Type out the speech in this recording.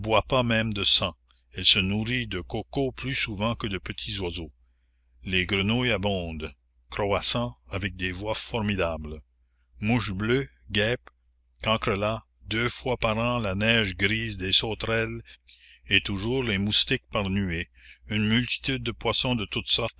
pas même de sang elle se nourrit de cocos plus souvent que de petits oiseaux les grenouilles abondent croassant avec des voix formidables mouches bleues guêpes cancrelats deux fois par an la neige grise des sauterelles et toujours les moustiques par nuées une multitude de poissons de toutes sortes